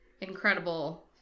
incredible